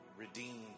redeemed